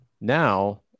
now